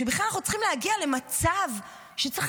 שבכלל אנחנו צריכים להגיע למצב שצריך